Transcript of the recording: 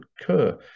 occur